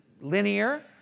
linear